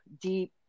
deep